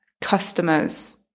customers